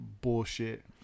bullshit